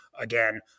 again